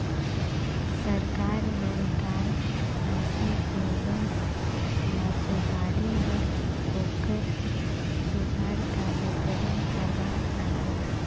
सरकार हर गाय, भइसी के बंस ल सुधारे बर ओखर सुधार कार्यकरम चलात अहे